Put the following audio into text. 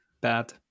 bad